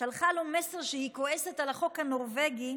שהיא כועסת על החוק הנורבגי